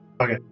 Okay